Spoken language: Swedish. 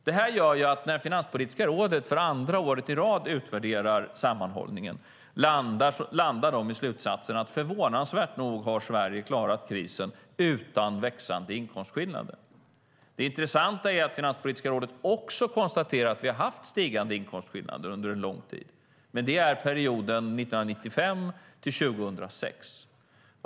Det här gör att när Finanspolitiska rådet för andra året i rad utvärderar sammanhållningen landar de i slutsatsen att Sverige förvånansvärt nog har klarat krisen utan växande inkomstskillnader. Det intressanta är att Finanspolitiska rådet också konstaterar att vi har haft stigande inkomstskillnader under en lång tid, men det är perioden 1995-2006.